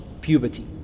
puberty